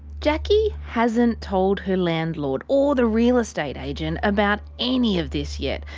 jacki hasn't told her landlord or the real estate agent about any of this yet.